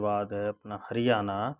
उसके बाद है अपना हरियाणा